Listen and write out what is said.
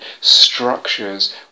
structures